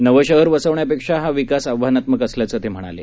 नवं शहर वसवण्यापेक्षा हा विकास आव्हानात्मक असल्याचं ते म्हणाले